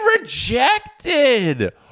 rejected